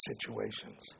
situations